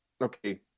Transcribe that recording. Okay